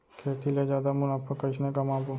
खेती ले जादा मुनाफा कइसने कमाबो?